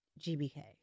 GBK